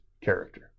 character